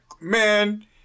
man